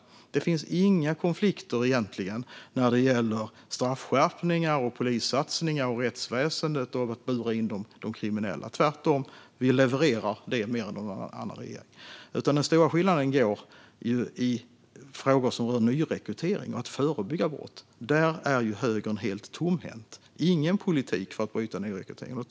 Det finns egentligen inga konflikter när det gäller straffskärpningar, polissatsningar, rättsväsen och att bura in de kriminella. Tvärtom levererar vi mer här än någon annan regering. Den stora skillnaden finns i frågor som gäller nyrekrytering och att förebygga brott. Här är högern helt tomhänt och har ingen politik för att bryta nyrekryteringen.